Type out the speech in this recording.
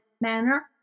manner